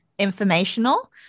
informational